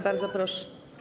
Bardzo proszę.